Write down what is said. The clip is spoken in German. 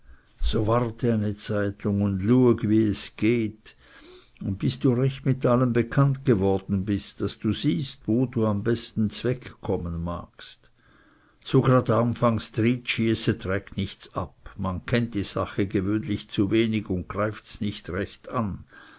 so warte eine zeitlang und lueg wie es geht und bis du recht gut mit allem bekannt worden bist daß du siehst wo du am besten zwegkommen magst so grad afangs dryzschieße trägt nichts ab man kennt die sache gewöhnlich zu wenig und greifts nicht recht an